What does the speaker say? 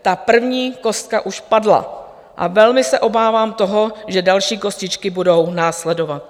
Ta první kostka už padla a velmi se obávám toho, že další kostičky budou následovat.